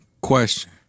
Question